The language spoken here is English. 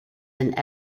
and